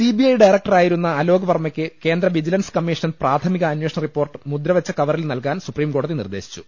CBI ഡയറക്ടറായിരുന്ന അലോക് വർമ്മക്ക് കേന്ദ്ര വിജിലൻസ് കമ്മീഷൻ പ്രാഥമിക അന്വേഷണ റിപ്പോർട്ട് മുദ്രവെച്ച കവറിൽ നൽകാൻ സുപ്രീംകോടതി നിർദേശിച്ചു